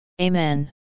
Amen